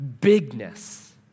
bigness